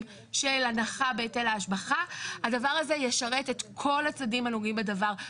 של הנחה בהיטל ההנחה - הדבר הזה ישרת את כל הצדדים הנוגעים בדבר.